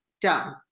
done